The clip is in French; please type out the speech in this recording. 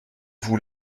vous